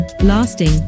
lasting